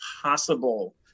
possible